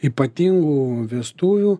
ypatingų vestuvių